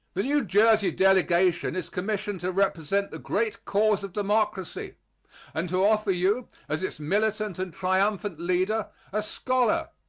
the new jersey delegation is commissioned to represent the great cause of democracy and to offer you as its militant and triumphant leader a scholar,